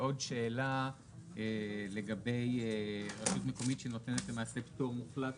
עוד שאלה לגבי רשות מקומית שנותנת למעשה פטור מוחלט